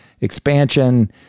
expansion